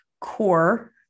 core